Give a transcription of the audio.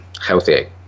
healthy